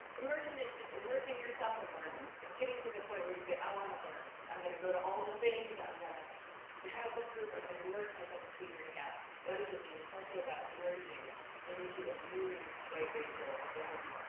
immersion is just immersing yourself in learning. it's getting to the point where you say i wanna learn, i'm gonna go to all the things, i'm gonna and have a book group, i'm gonna immerse myself in figuring out, what does it mean? it's also about and merging into a new white racial identity.